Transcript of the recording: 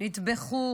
נטבחו